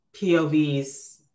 POVs